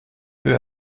peu